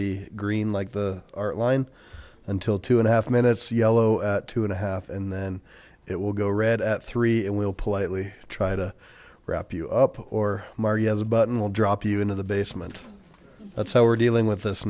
be green like the art line until two and a half minutes yellow at two and a half and then it will go red at three and we'll politely try to wrap you up or margie as a button will drop you into the basement that's how we're dealing with this